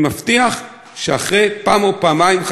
אני מבטיח שאחרי פעם או פעמיים,